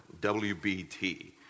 WBT